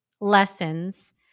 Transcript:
lessons